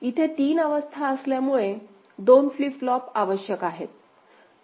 इथे तीन अवस्था असल्यामुळे 2 फ्लिप फ्लॉप आवश्यक असतील